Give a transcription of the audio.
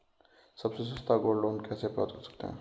सबसे सस्ता gold loan कैसे प्राप्त कर सकते हैं?